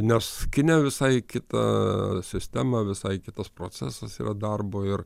nes kine visai kita sistema visai kitas procesas yra darbo ir